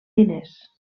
diners